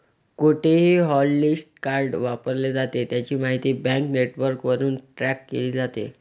कुठेही hotlist card वापरले जाते, त्याची माहिती बँक नेटवर्कवरून ट्रॅक केली जाते